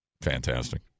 Fantastic